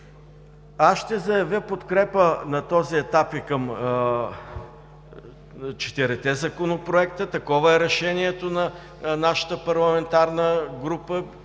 Ще заявя подкрепа на този етап и към четирите законопроекта – такова е решението на нашата парламентарна група.